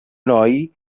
noi